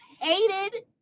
hated